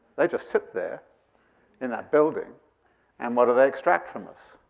they just sit there in that building and what do they extract from us?